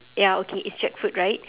ya okay is jackfruit right